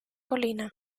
colina